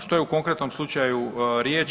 Što je u konkretnom slučaju riječ?